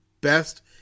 best